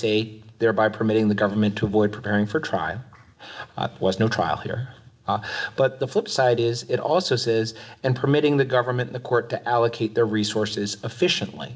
say there by permitting the government to avoid preparing for trial was no trial here but the flip side is it also says and permitting the government the court to allocate their resources efficiently